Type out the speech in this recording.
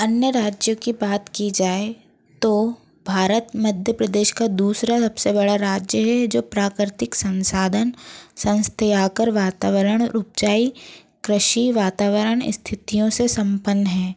अन्य राज्य की बात की जाए तो भारत मध्य प्रदेश का दूसरा सबसे बड़ा राज्य है जो प्राकृतिक संसाधन संस्थयाकर वातावण और उपजाई कृषि वातावरण स्थितियों से संपन्न हैं